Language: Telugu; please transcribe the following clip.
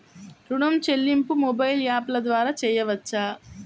ఋణం చెల్లింపు మొబైల్ యాప్ల ద్వార చేయవచ్చా?